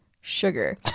sugar